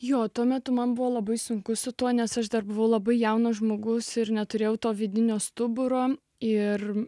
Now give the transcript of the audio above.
jo tuo metu man buvo labai sunku su tuo nes aš dar buvau labai jaunas žmogus ir neturėjau to vidinio stuburo ir